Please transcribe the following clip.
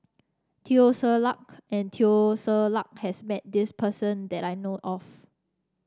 Teo Ser Luck and Teo Ser Luck has met this person that I know of